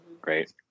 Great